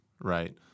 right